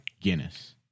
Guinness